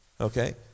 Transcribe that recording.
Okay